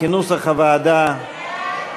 כנוסח הוועדה.